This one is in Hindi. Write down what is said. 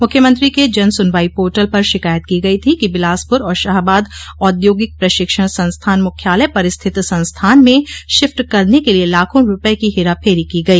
मुख्यमंत्री के जन सनवाई पोर्टल पर शिकायत की गई थी कि बिलासपुर और शाहबाद औद्योगिक प्रशिक्षण संस्थान मुख्यालय पर स्थित संस्थान में शिफ्ट करने के लिए लाखों रूपये की हेराफेरी की गई